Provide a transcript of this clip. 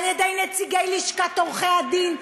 על-ידי נציגי לשכת עורכי-הדין,